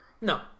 No